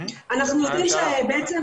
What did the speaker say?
אנחנו יודעים שבעצם